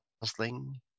puzzling